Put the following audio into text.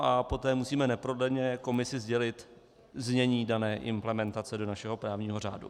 A poté musíme neprodleně Komisi sdělit znění dané implementace do našeho právního řádu.